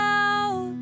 out